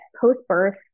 post-birth